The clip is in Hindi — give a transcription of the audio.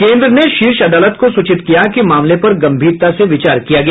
केंद्र ने शीर्ष अदालत को सूचित किया कि मामले पर गंभीरता से विचार किया गया